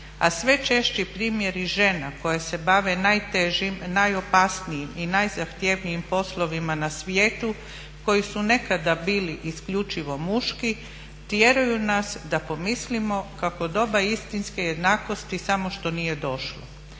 a sve češći primjeri žena koje se bave najtežim, najopasnijim i najzahtjevnijim poslovima na svijetu koji su nekada bili isključivo muški tjeraju nas da pomislimo kako doba istinske jednakosti samo što nije došlo.